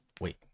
wait